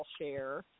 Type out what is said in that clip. share